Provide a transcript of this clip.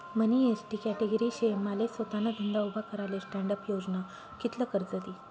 मनी ST category शे माले सोताना धंदा उभा कराले स्टॅण्डअप योजना कित्ल कर्ज दी?